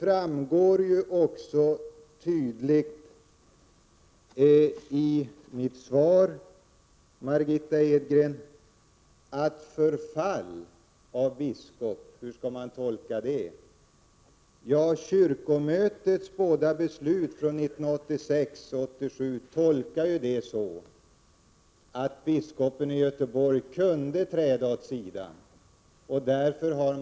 Jag har också i mitt svar, Margitta Edgren, tagit upp frågan hur man kan förfara vid förfall av biskop. Kyrkomötet har i sina båda beslut 1986 och 1987 gjort den tolkningen att biskopen i Göteborg kan träda åt sidan i sådana här fall.